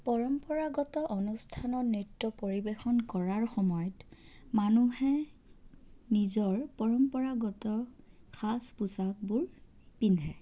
পৰম্পৰাগত অনুষ্ঠানত নৃত্য পৰিবেশন কৰাৰ সময়ত মানুহে নিজৰ পৰম্পৰাগত সাজ পোছাকবোৰ পিন্ধে